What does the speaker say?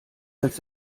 als